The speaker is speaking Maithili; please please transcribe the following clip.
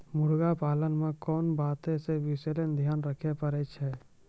मुर्गी पालन मे कोंन बातो के विशेष ध्यान रखे पड़ै छै?